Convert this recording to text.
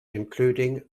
including